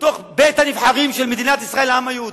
בתוך בית-הנבחרים של מדינת ישראל, העם היהודי,